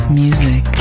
music